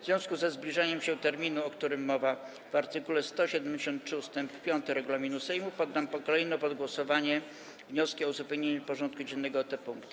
W związku ze zbliżaniem się terminu, o którym mowa w art. 173 ust. 5 regulaminu Sejmu, poddam kolejno pod głosowanie wnioski o uzupełnienie porządku dziennego o te punkty.